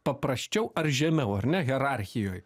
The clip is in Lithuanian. paprasčiau ar žemiau ar ne hierarchijoj